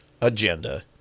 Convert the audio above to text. agenda